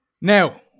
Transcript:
now